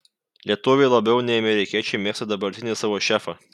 lietuviai labiau nei amerikiečiai mėgsta dabartinį savo šefą